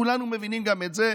כולנו מבינים גם את זה,